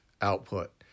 output